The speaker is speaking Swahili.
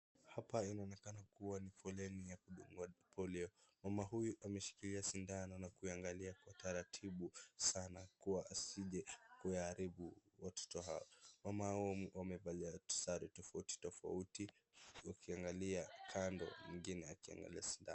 Hapa inaonekana kuwa ni foleni ya kudungwa Polio, mama huyu ameshikilia sindano na kuiangalia kwa taratibu sana kuwa asije kuyaharibu watoto hawa, mama hawa wamevalia sare tofauti tofauti ukiangalia kando na mwingine akiangalia sindano.